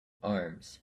arms